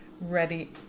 ready